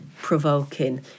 provoking